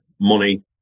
money